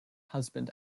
husband